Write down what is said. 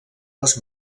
les